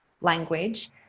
language